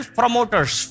promoters